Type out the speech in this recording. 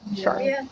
sure